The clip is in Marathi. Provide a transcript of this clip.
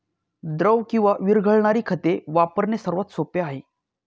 द्रव किंवा विरघळणारी खते वापरणे सर्वात सोपे आहे